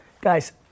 guys